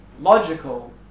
logical